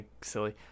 silly